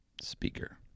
Speaker